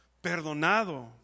perdonado